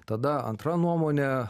tada antra nuomonė